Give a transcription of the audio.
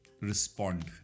respond